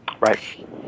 Right